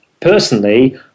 personally